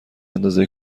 اندازه